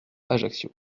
ajaccio